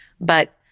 but-